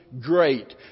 great